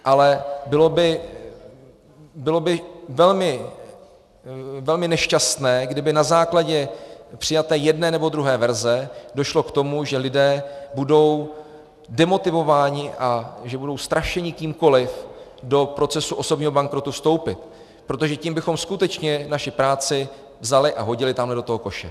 Ale bylo by velmi nešťastné, kdyby na základě přijaté jedné nebo druhé verze došlo k tomu, že lidé budou demotivováni a že budou strašeni kýmkoli do procesu osobního bankrotu vstoupit, protože tím bychom skutečně naši práci vzali a hodili tamhle do toho koše.